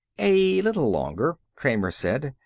a little longer, kramer said.